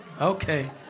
Okay